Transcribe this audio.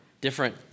Different